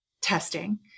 testing